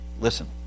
Listen